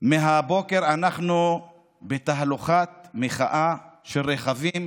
מהבוקר אנחנו בתהלוכת מחאה של רכבים,